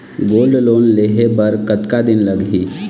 Gold loan लेहे बर कतका दिन लगही?